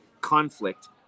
conflict